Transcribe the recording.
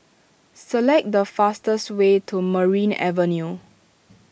select the fastest way to Merryn Avenue